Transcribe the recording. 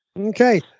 Okay